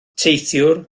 teithiwr